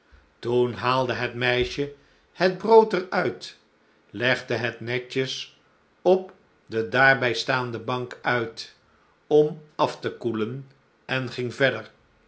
toen haalde het meisje het brood er uit legde het netjes op de daarbij staande bank uit om af te koelen en ging verder